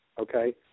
okay